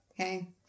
Okay